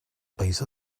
país